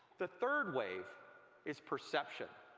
the third wave is perception.